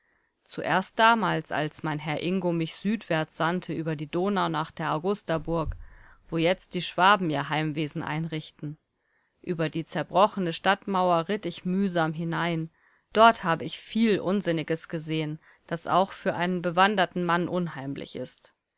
zuerst damals als mein herr ingo mich südwärts sandte über die donau nach der augustaburg wo jetzt die schwaben ihr heimwesen einrichten über die zerbrochene stadtmauer ritt ich mühsam hinein dort habe ich viel unsinniges gesehen das auch für einen bewanderten mann unheimlich ist